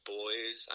boys